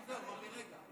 הוא אמר לי רגע.